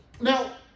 Now